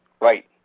Right